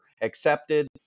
accepted